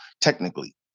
technically